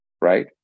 right